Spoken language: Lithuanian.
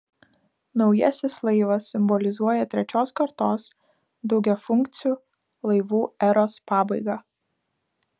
naujasis laivas simbolizuoja trečios kartos daugiafunkcių laivų eros pabaigą